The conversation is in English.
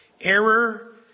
error